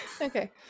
okay